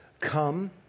come